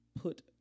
put